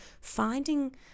finding